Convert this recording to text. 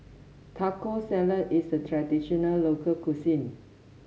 Taco Salad is a traditional local cuisine